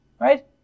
right